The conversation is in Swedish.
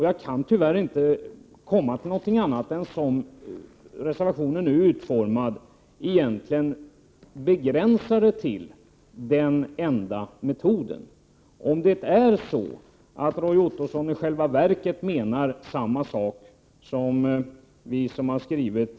Jag kan tyvärr inte komma fram till något annat än att, reservationen som den nu är utformad begränsar tillämpningen till den enda metoden. Om Roy Ottosson i själva verket menar samma sak som vi som har skrivit — Prot.